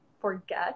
forget